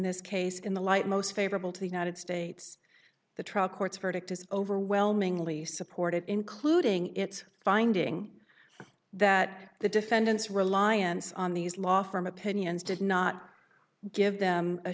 this case in the light most favorable to the united states the trial court's verdict is overwhelmingly supported including its finding that the defendants reliance on these law firm opinions did not give them a